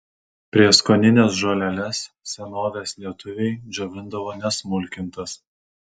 prieskonines žoleles senovės lietuviai džiovindavo nesmulkintas